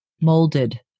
molded